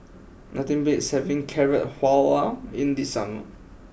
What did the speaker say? nothing beats having Carrot Halwa in the summer